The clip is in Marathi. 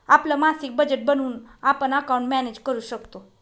आपलं मासिक बजेट बनवून आपण अकाउंट मॅनेज करू शकतो